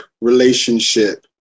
relationship